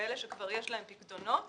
כאלה שכבר יש להם פיקדונות